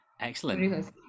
Excellent